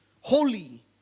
Holy